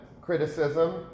criticism